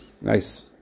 nice